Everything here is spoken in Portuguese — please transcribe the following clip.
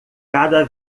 cada